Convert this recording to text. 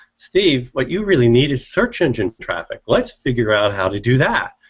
steve, like you really need a search engine traffic, let's figure out how to do that.